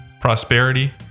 prosperity